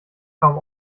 kaum